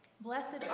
Blessed